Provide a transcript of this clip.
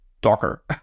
docker